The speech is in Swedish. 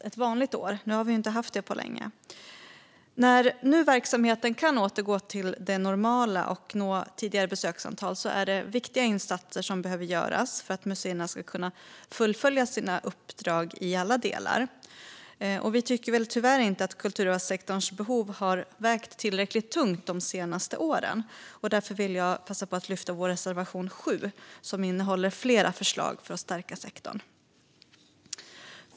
Det var ett tag sedan det var så, men nu när verksamheten kan återgå till det normala och nå tidigare besöksantal är det viktigt att insatser görs för att museerna ska kunna fullfölja sitt uppdrag i alla delar. Tyvärr har kulturarvssektorns behov inte vägt tillräckligt tungt de senaste åren, och därför vill jag yrka bifall till reservation 7 som innehåller flera förslag för att stärka sektorn.